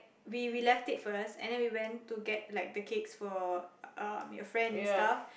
we we left it first and then we went to get like the cakes for um your friend and stuff